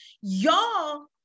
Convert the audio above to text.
y'all